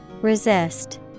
Resist